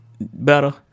better